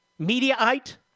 Mediaite